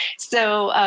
so,